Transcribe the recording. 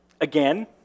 again